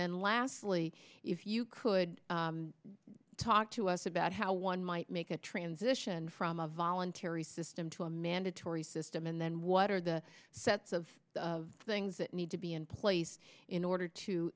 then lastly if you could talk to us about how one might make a transition from a voluntary system to a mandatory system and then what are the sets of of things that need to be in place in order to